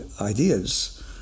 ideas